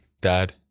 dad